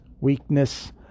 weakness